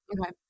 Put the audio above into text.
Okay